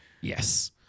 Yes